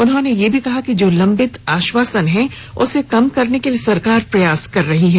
उन्होंने यह भी कहा कि जो लंबित आश्वासन हैं उसे कम करने के लिए सरकार प्रयास कर रही है